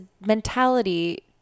mentality